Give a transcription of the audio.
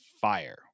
fire